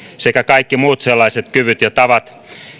sekä kaikki muut sellaiset kyvyt ja tavat